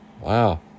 Wow